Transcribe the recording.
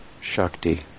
Shakti